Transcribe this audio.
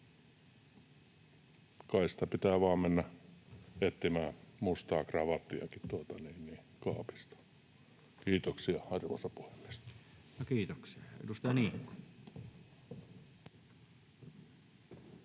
kai sitä pitää vain mennä etsimään mustaa kravattiakin kaapista. — Kiitoksia, arvoisa puhemies. No kiitoksia. — Edustaja Niikko.